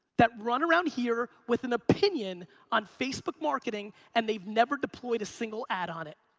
that run around here with an opinion on facebook marketing, and they've never deployed a single ad on it.